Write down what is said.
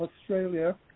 Australia